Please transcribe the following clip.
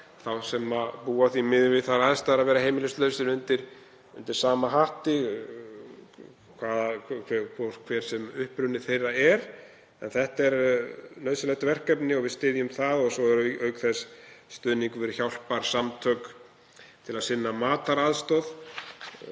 þá sem búa því miður við þær aðstæður að vera heimilislausir undir sama hatti, hver sem uppruni þeirra er. En þetta er nauðsynlegt verkefni og við styðjum það og svo er auk þess stuðningur við hjálparsamtök til að sinna mataraðstoð.